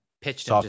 pitched